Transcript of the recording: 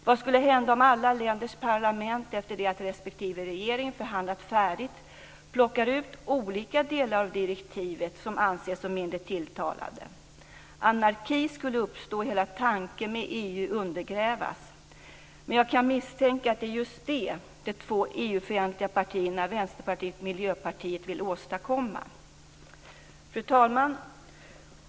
Vad skulle hända om alla länders parlament efter det att respektive regering förhandlat färdigt plockar ut olika delar av direktivet som anses som mindre tilltalande? Anarki skulle uppstå, och hela tanken med EU skulle undergrävas. Jag kan misstänka att det är just det de två EU-fientliga partierna Vänsterpartiet och Miljöpartiet vill åstadkomma. Fru talman!